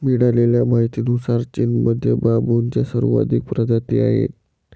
मिळालेल्या माहितीनुसार, चीनमध्ये बांबूच्या सर्वाधिक प्रजाती आहेत